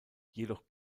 jedoch